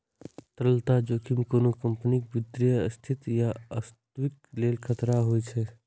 तरलता जोखिम कोनो कंपनीक वित्तीय स्थिति या अस्तित्वक लेल खतरा होइ छै